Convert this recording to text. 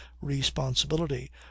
responsibility